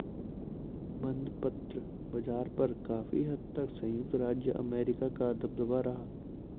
बंधपत्र बाज़ार पर काफी हद तक संयुक्त राज्य अमेरिका का दबदबा रहा है